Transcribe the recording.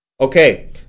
okay